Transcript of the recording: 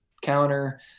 counter